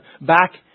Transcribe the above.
back